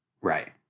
Right